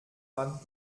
warnt